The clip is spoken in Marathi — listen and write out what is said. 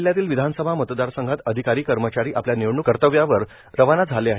जिल्ह्यातील विधानसभा मतदारसंघात अधिकारी कर्मचारी आपल्या निवडणूक कर्तव्यावर रवाना झाले आहेत